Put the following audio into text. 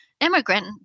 Immigrant